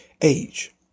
age